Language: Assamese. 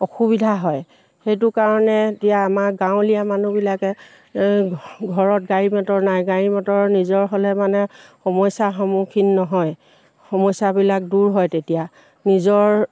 অসুবিধা হয় সেইটো কাৰণে এতিয়া আমাৰ গাঁৱলীয়া মানুহবিলাকে ঘৰত গাড়ী মটৰ নাই গাড়ী মটৰ নিজৰ হ'লে মানে সমস্যাৰ সন্মুখীন নহয় সমস্যাবিলাক দূৰ হয় তেতিয়া নিজৰ